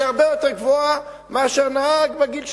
הרבה יותר גבוהה מאשר של נהגים בגיל שלנו.